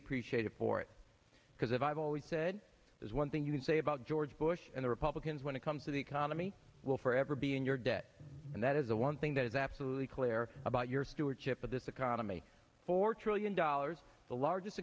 appreciative for it because i've always said there's one thing you can say about george bush and the republicans when it comes to the economy will forever be in your debt and that is the one thing that is absolutely clear about your stewardship of this economy four trillion dollars the largest